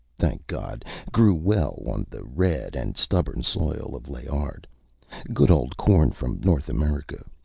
thank god, grew well on the red and stubborn soil of layard good old corn from north america.